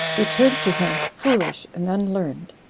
returned to him foolish and unlearned.